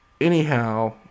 anyhow